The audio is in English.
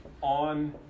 on